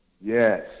Yes